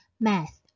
Math